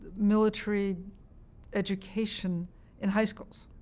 military education in high schools,